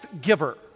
giver